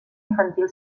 infantil